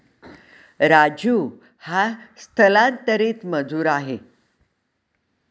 राजू हा स्थलांतरित मजूर आहे